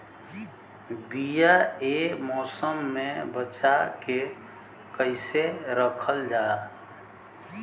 बीया ए मौसम में बचा के कइसे रखल जा?